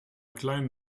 kleinen